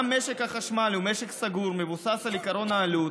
גם משק החשמל הוא משק סגור המבוסס על עקרון העלות,